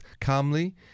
calmly